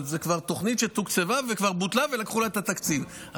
אבל זו תוכנית שכבר תוקצבה וכבר בוטלה ולקחו לה את התקציב,